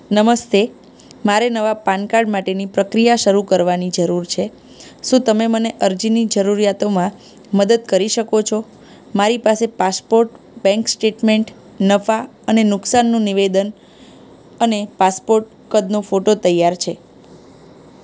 નમસ્તે મારે નવાં પાન કાર્ડ માટેની પ્રક્રિયા શરૂ કરવાની જરૂર છે શું તમે મને અરજીની જરૂરિયાતોમાં મદદ કરી શકો છો મારી પાસે પાસપોર્ટ બેંક સ્ટેટમેન્ટ નફા અને નુકસાનનું નિવેદન અને પાસપોર્ટ કદનો ફોટો તૈયાર છે